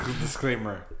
disclaimer